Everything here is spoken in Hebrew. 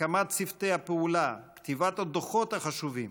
הקמת צוותי הפעולה, כתיבת הדוחות החשובים